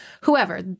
whoever